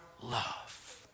love